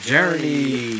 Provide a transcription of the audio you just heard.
Journey